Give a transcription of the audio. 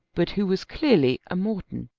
but who was clearly a morton,